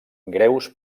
greus